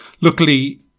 Luckily